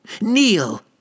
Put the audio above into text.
Kneel